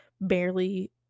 barely